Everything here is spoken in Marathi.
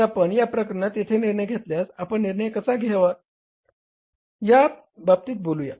तर आपण या प्रकरणात येथे निर्णय घेतल्यास आपण निर्णय कसा घ्यायला हवा या बाबतीत बोलूया